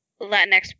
Latinx